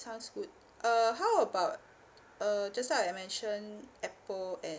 sounds good uh how about uh just now I mentioned apple and